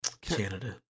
Canada